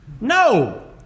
No